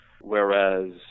Whereas